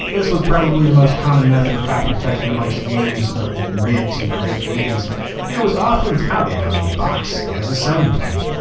this was probably the most common method of copy protection amongst games of the mid to late eighty s and was often touted on the box as a selling point.